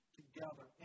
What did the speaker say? together